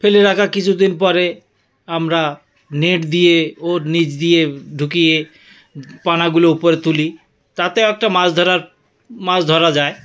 ফেলে রাখার কিছু দিন পরে আমরা নেট দিয়ে ও নীচ দিয়ে ঢুকিয়ে পানাগুলো উপরে তুলি তাতে একটা মাছ ধরার মাছ ধরা যায়